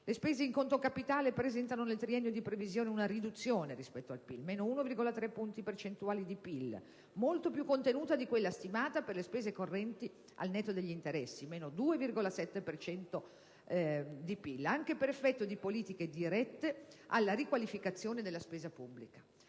Le spese in conto capitale presentano nel triennio di previsione una riduzione rispetto al PIL (meno 1,3 punti percentuali di PIL), molto più contenuta di quella stimata per le spese correnti al netto degli interessi (meno 2,7 punti percentuali di PIL), anche per effetto di politiche dirette alla riqualificazione della spesa pubblica.